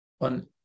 on